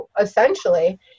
Essentially